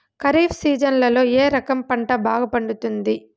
ఖరీఫ్ సీజన్లలో ఏ రకం పంట బాగా పండుతుంది